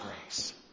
grace